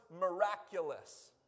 miraculous